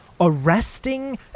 arresting